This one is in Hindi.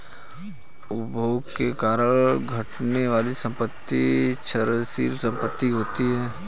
उपभोग के कारण घटने वाली संपत्ति क्षयशील परिसंपत्ति होती हैं